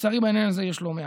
לצערי בעניין הזה יש לא מעט.